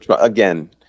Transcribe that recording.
again